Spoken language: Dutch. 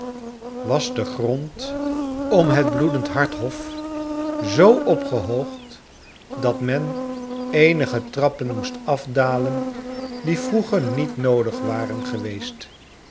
was de grond om het bloedend harthof zoo opgehoogd dat men eenige trappen moest afdalen die vroeger niet noodig waren geweest